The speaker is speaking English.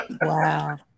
Wow